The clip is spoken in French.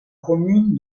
commune